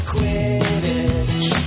Quidditch